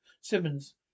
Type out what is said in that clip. Simmons